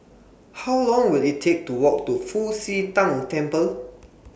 How Long Will IT Take to Walk to Fu Xi Tang Temple